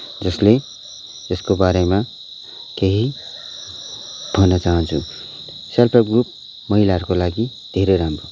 जसले यसको बारेमा केही भन्न चाहन्छु सेल्फ हेल्प ग्रुप महिलाहरूको लागि धेरै राम्रो